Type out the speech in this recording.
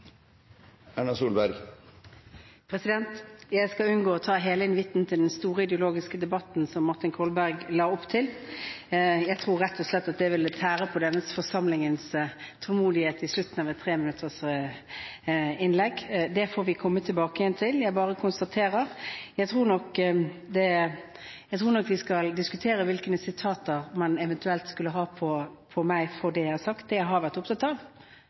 Jeg skal unngå å ta hele invitten til den store ideologiske debatten som Martin Kolberg la opp til. Jeg tror rett og slett at det ville tære på denne forsamlingens tålmodighet på slutten av treminuttersinnleggene. Vi får komme tilbake til det. Jeg bare konstaterer at jeg nok tror vi skal diskutere hvilke sitater man eventuelt skulle ha på meg. For det jeg har sagt, det jeg har vært opptatt av,